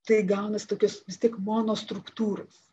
tai gaunasi tokios tik mono struktūros